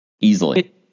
easily